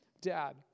Dad